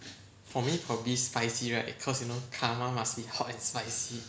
for me probably spicy right cause you know karma must be hot spicy